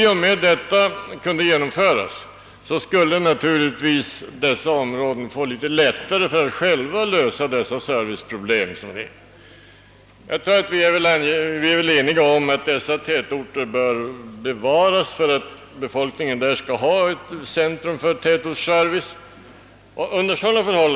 Om sådana industrier flyttade dit skulle man i dessa områden få lättare att själva lösa de serviceproblem som nu finns. Vi är väl eniga om att dessa tätorter bör bevaras för att befolkningen skall ha ett centrum för tätortsservice.